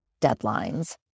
deadlines